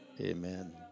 Amen